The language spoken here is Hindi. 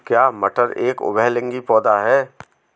क्या मटर एक उभयलिंगी पौधा है?